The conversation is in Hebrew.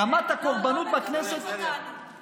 רמת הקורבנות בכנסת, לא, לא מקפחים אותנו.